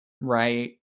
right